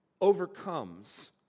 overcomes